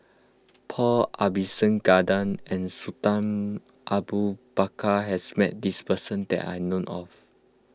Paul Abisheganaden and Sultan Abu Bakar has met this person that I know of